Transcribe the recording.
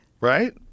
right